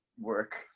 work